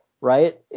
right